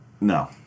No